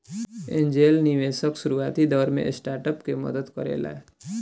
angel निवेशक शुरुआती दौर में स्टार्टअप के मदद करेला